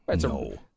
No